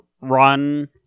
run